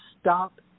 stop